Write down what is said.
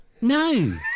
No